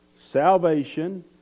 salvation